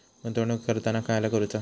गुंतवणूक करताना काय करुचा?